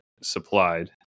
supplied